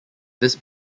this